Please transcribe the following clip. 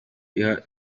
iha